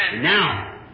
Now